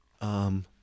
Um-